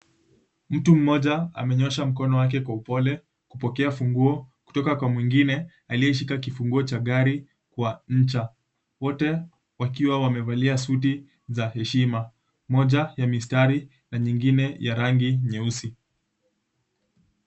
Mtu mmoja amenyoosha mkono wake kwa upole kupokea funguo kutoka kwa mwingine aliyeshika kifungua cha gari kwa ncha. Wote wakiwa wamevalia suti za heshima, moja ya mistari na nyingine ya rangi nyeusi.